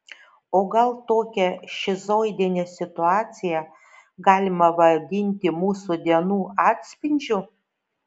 o gal tokią šizoidinę situaciją galima vadinti mūsų dienų atspindžiu